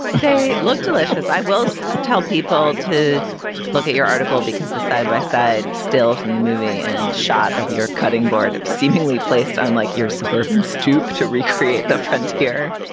they look delicious i will so tell people to look at your article because the side by side still from the movie and shot of your cutting board seemingly placed unlike your suburban stoop to recreate the frontier.